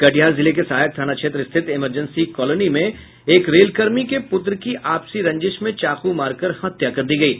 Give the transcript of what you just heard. कटिहार जिले के सहायक थाना क्षेत्र स्थित इमरजेंसी कॉलोनी में एक रेलकर्मी के पुत्र की आपसी रंजिश में चाकू मारकर हत्या कर दी गयी